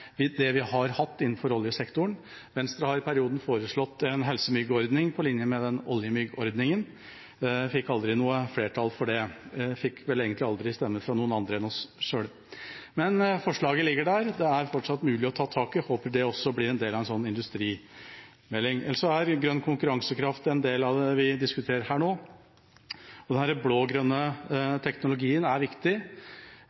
med det vi har hatt innenfor oljesektoren. Venstre har i perioden foreslått en helsemyggordning på linje med oljemyggordningen. Vi fikk aldri noe flertall for det. Vi fikk vel egentlig aldri stemmer fra noen andre enn oss selv. Men forslaget ligger der, det er fortsatt mulig å ta tak i. Jeg håper det også blir en del av en sånn industrimelding. Ellers er grønn konkurransekraft en del av det vi diskuterer her nå.